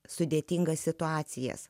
sudėtingas situacijas